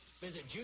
Visit